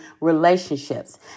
relationships